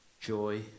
joy